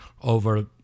over